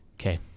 okay